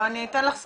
אני אתן לך ספוילר,